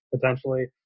potentially